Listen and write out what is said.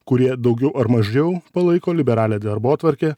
kurie daugiau ar mažiau palaiko liberalią darbotvarkę